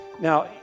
Now